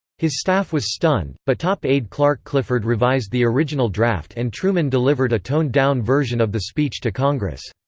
his staff was stunned, but top aide clark clifford revised the original draft and truman delivered a toned down version of the speech to congress.